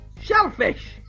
Shellfish